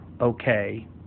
okay